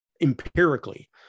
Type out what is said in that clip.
empirically